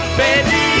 baby